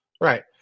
right